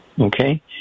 okay